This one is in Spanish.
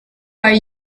are